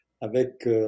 avec